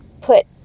put